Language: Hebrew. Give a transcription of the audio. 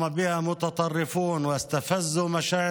תוך פריצות אשר